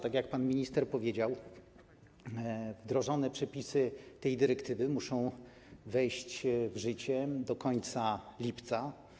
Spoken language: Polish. Tak jak pan minister powiedział, wdrożone przepisy tej dyrektywy muszą wejść w życie do końca lipca.